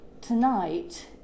tonight